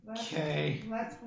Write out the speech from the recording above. Okay